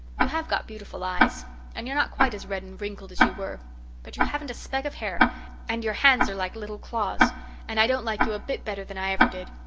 you have got beautiful eyes and not quite as red and wrinkled as you were but you haven't a speck of hair and your hands are like little claws and i don't like you a bit better than i ever did.